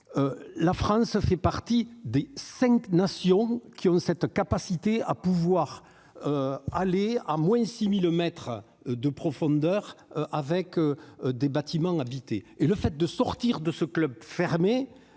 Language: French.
la France, ça fait partie des 5 nations qui ont cette capacité à pouvoir aller à moins 6000 mètres de profondeur avec des bâtiments habités et le fait de sortir de ce club fermé